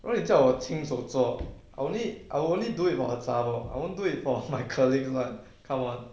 如果你叫我亲手做 I only I only do it for a zha-bor I won't do it for my colleagues [one] come on